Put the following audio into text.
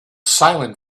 silent